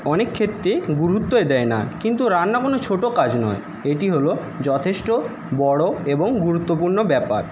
অনেক ক্ষেত্রে গুরুত্বই দেয় না কিন্তু রান্না কোনও ছোটো কাজ নয় এটি হল যথেষ্ট বড় এবং গুরুত্বপূর্ণ ব্যাপার